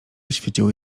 świeciły